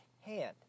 hand